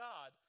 God